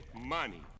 money